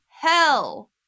hell